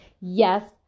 Yes